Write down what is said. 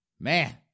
Man